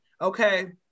Okay